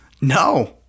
No